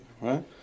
right